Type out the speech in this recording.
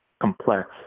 complex